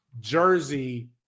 Jersey